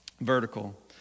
vertical